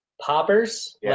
Poppers